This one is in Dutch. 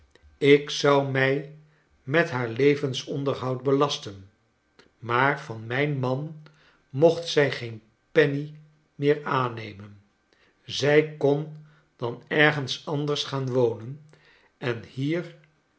ik zou mij met haar levensonderhoud belasten maar van mijn man mocht zij geen penny meer aannemen zij kon dan ergens anders gaan wonen en hier